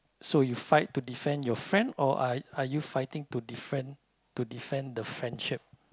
so you fight to defend your friend or are are you fighting to defend to defend the friendship